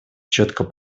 четко